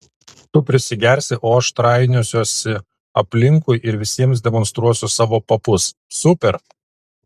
tu prisigersi o aš trainiosiuosi aplinkui ir visiems demonstruosiu savo papus super